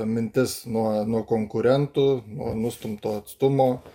mintis nuo nuo konkurentų nuo nustumto atstumo